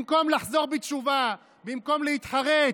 במקום לחזור בתשובה, במקום להתחרט,